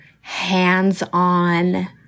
hands-on